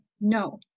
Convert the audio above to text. no